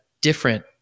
different